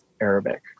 Arabic